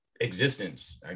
existence